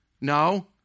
No